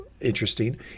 interesting